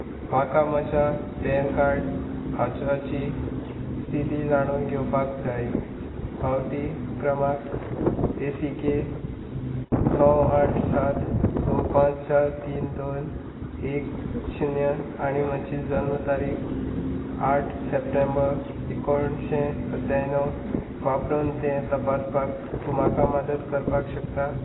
म्हाका म्हज्या पॅनकार्ड अर्जाची स्थिती जाणून घेवपाक जाय पावती क्रमांक ए सी के णव आठ सात स पांच चार तीन दोन एक शुन्य आनी म्हजी जल्म तारीख आठ सप्टेंबर एकुणशे सत्त्याणव वापरून तें तपासपाक तूं म्हाका मदत करपाक शकता